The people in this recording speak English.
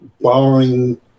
borrowing